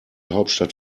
hauptstadt